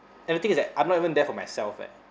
and the thing is that I'm not even there for myself eh